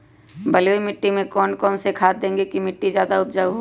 बलुई मिट्टी में कौन कौन से खाद देगें की मिट्टी ज्यादा उपजाऊ होगी?